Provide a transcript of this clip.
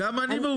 גם אני מאוכזב,